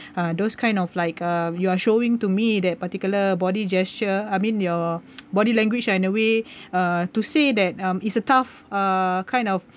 uh those kind of like a you're showing to me that particular body gesture I mean your body language ah in a way uh to say that um it's a tough uh kind of